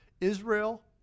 Israel